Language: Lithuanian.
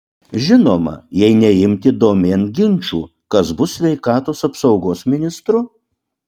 žinoma jei neimti domėn ginčų kas bus sveikatos apsaugos ministru